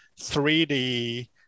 3D